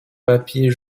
papier